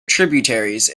tributaries